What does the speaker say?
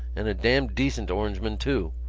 and a damned decent orangeman too.